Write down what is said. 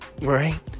right